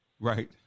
right